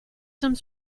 some